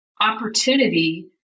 opportunity